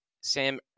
Sam